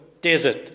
desert